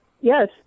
Yes